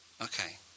Okay